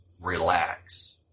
relax